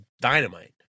dynamite